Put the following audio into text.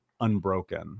unbroken